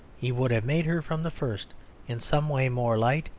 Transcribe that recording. he would have made her from the first in some way more light,